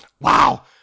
Wow